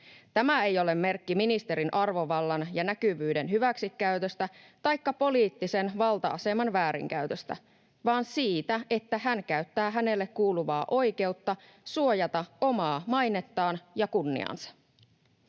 Tämä ei ole merkki ministerin arvovallan ja näkyvyyden hyväksikäytöstä taikka poliittisen valta-aseman väärinkäytöstä, vaan siitä, että hän käyttää hänelle kuuluvaa oikeutta suojata omaa mainettaan ja kunniaansa.